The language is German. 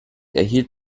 erhielt